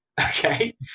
Okay